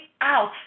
out